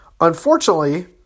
Unfortunately